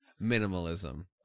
Minimalism